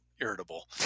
irritable